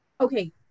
Okay